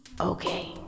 Okay